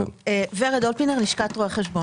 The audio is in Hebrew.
ורד אולפינר, לשכת רואי החשבון.